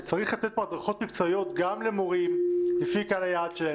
וצריך לתת פה הדרכות מקצועיות גם למורים לפי קהל היעד שלהם.